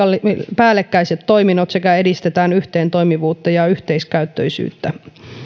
päällekkäiset toiminnot sekä edistetään yhteentoimivuutta ja yhteiskäyttöisyyttä